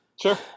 Sure